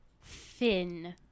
Finn